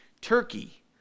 Turkey